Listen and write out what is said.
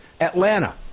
Atlanta